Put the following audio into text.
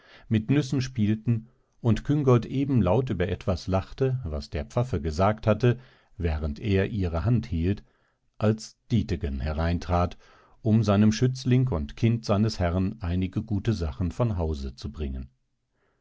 mit nüssen spielten und küngolt eben laut über etwas lachte was der pfaffe gesagt hatte während er ihre hand hielt als dietegen hereintrat um seinem schützling und kind seines herren einige gute sachen von hause zu bringen